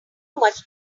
much